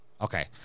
Okay